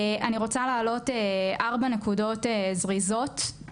אני רוצה להעלות ארבע נקודות זריזות.